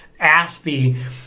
Aspie